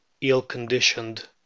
ill-conditioned